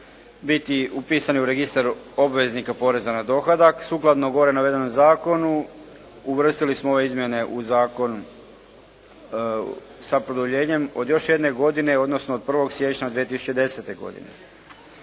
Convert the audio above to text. biti upisani u registar obveznika poreza na dohodak sukladno gore navedenom zakonu. Uvrstili smo ove izmjene u Zakon sa produljenjem od još jedne godine, odnosno od 1. siječnja 2010. godine.